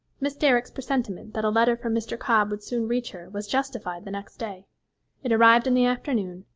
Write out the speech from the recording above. miss derrick's presentiment that a letter from mr. cobb would soon reach her was justified the next day it arrived in the afternoon,